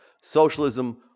socialism